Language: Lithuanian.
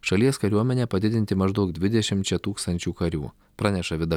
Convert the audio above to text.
šalies kariuomenę padidinti maždaug dvidešimčia tūkstančių karių praneša vida